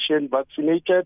vaccinated